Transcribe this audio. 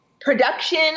production